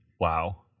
Wow